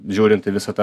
žiūrint į visą tą